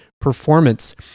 performance